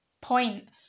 point